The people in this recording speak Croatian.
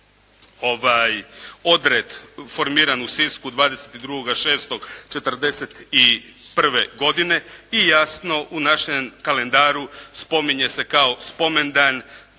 odred formiran u Sisku 22.6. 1941. godine i jasno u našem kalendaru spominje se kao spomendan